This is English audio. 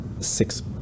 six